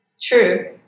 true